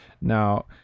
Now